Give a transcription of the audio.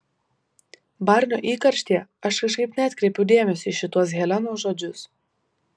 barnio įkarštyje aš kažkaip neatkreipiau dėmesio į šituos helenos žodžius